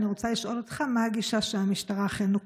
אני רוצה לשאול אותך מה הגישה שהמשטרה אכן נוקטת.